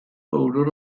bowdr